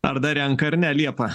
ar dar renka ar ne liepa